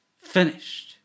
finished